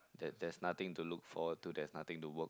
that that's nothing to look for to there is nothing to work